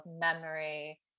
memory